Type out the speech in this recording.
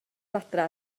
adra